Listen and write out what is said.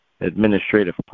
administrative